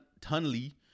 Tunley